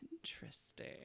Interesting